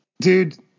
dude